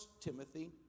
Timothy